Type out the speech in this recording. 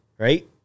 Right